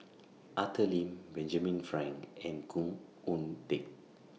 Arthur Lim Benjamin Frank and Khoo Oon Teik